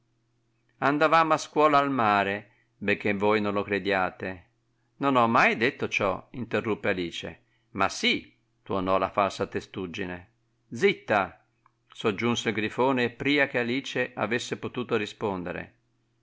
andavamo a scuola al mare benchè voi non lo crediate non ho mai detto ciò interruppe alice ma sì tuonò la falsa testuggine zitta soggiunse il grifone pria che alice avesse potuto rispondere